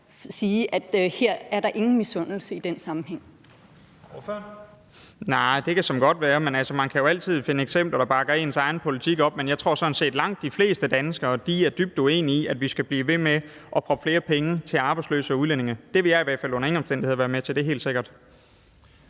sige, at her er der ingen misundelse i den sammenhæng.